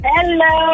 Hello